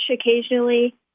occasionally